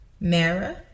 Mara